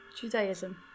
Judaism